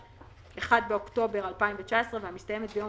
התש"ף (1 באוקטובר 2019) והמסתיימת ביום